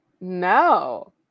No